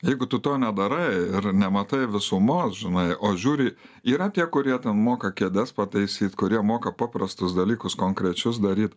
jeigu tu to nedarai ir nematai visumos žinai o žiūri yra tie kurie moka kėdes pataisyt kurie moka paprastus dalykus konkrečius daryt